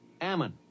Ammon